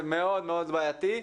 זה מאוד בעייתי.